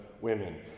women